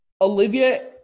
Olivia